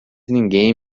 ninguém